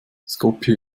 skopje